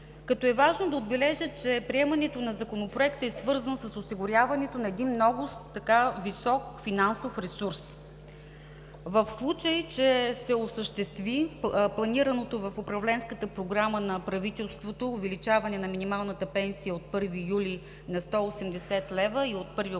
като е важно да отбележа, че приемането на Законопроекта е свързан с осигуряването на един много висок финансов ресурс. В случай, че се осъществи планираното в управленската програма на правителството увеличаване на минималната пенсия от 1 юли – на 180 лв. и от 1 октомври